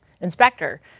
inspector